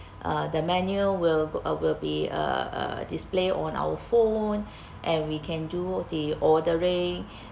uh the menu will uh will be uh uh display on our phone and we can do the ordering